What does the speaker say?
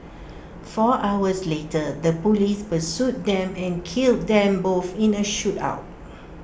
four hours later the Police pursued them and killed them both in A shootout